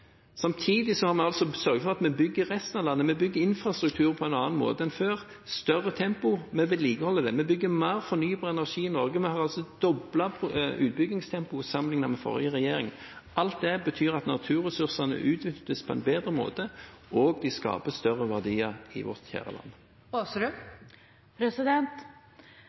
Samtidig har vi sørget for at vi bygger resten av landet, vi bygger infrastruktur på en annen måte enn før, i større tempo. Vi vedlikeholder det, vi bygger mer fornybar energi i Norge. Vi har doblet utbyggingstempoet sammenlignet med forrige regjering. Alt det betyr at naturressursene utnyttes på en bedre måte, og de skaper større verdier i vårt